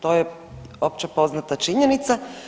To je opće poznata činjenica.